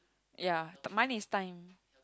ya mine is time